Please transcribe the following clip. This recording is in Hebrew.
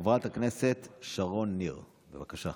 חברת הכנסת שרון ניר, בבקשה.